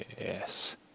Yes